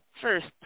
first